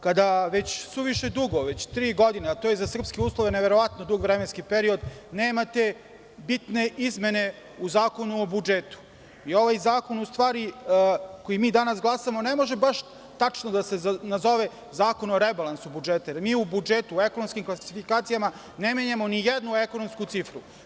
Kada već suviše dugo, već tri godine, a to je za srpske uslove neverovatno dug vremenski period, nemate bitne izmene u Zakonu o budžetu, ovaj zakon koji mi danas glasamo, u stvari, ne može baš tačno da se nazove zakon o rebalansu budžeta, jer mi u budžetu u ekonomskim klasifikacijama ne menjamo nijednu ekonomsku cifru.